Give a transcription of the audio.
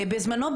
בזמנו,